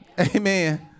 Amen